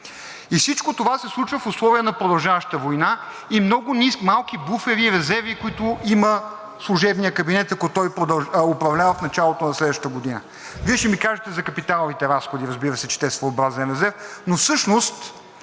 Всичко това се случва в условия на продължаваща война и много малки буфери и резерви, които има служебният кабинет, ако той управлява в началото на следващата година. Вие ще ми кажете за капиталовите разходи, разбира се, че те са своеобразен резерв, но всъщност,